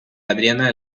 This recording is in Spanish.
adriana